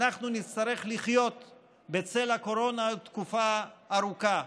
אנחנו נצטרך לחיות בצל הקורונה עוד תקופה ארוכה.